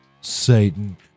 Satan